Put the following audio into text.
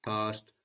Past